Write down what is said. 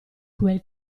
quel